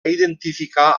identificar